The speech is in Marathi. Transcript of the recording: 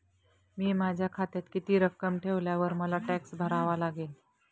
मी माझ्या खात्यात किती रक्कम ठेवल्यावर मला टॅक्स भरावा लागेल?